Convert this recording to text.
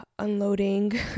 unloading